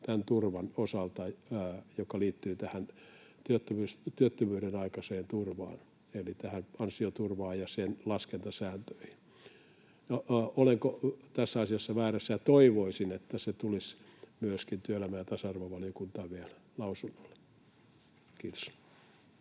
tämän turvan osalta yksi osa, joka liittyy tähän työttömyyden aikaiseen turvaan eli tähän ansioturvaan ja sen laskentasääntöihin. Olenko tässä asiassa väärässä? Toivoisin, että se tulisi myöskin työelämä- ja tasa-arvovaliokuntaan vielä lausunnolle. — Kiitos.